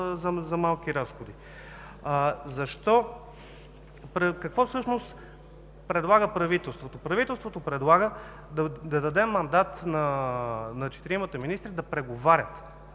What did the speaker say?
малки разходи. Какво всъщност предлага правителството? Правителството предлага да дадем мандат на четиримата министри да преговарят,